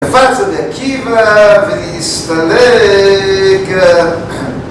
...רבי עקיבא והסתלק...